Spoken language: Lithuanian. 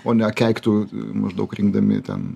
o ne keiktų maždaug rinkdami ten